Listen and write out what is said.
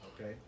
okay